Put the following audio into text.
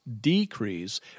decrease